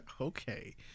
Okay